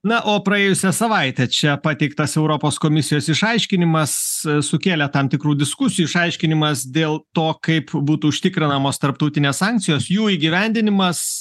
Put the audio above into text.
na o praėjusią savaitę čia pateiktas europos komisijos išaiškinimas sukėlė tam tikrų diskusijų išaiškinimas dėl to kaip būtų užtikrinamos tarptautinės sankcijos jų įgyvendinimas